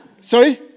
sorry